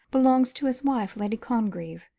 belongs to his wife, lady congreve,